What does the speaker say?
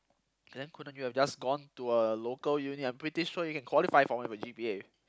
then couldn't you have just gone to a local uni I'm pretty sure you can qualify for one with your G_P_A